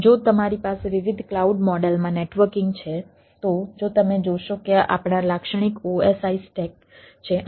અને જો તમારી પાસે વિવિધ ક્લાઉડ મોડેલમાં નેટવર્કિંગ છે તો જો તમે જોશો કે આ આપણા લાક્ષણિક OSI સ્ટેક છે